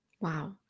Wow